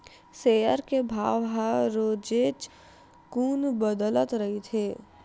share के भाव ह रोजेच कुन बदलत रहिथे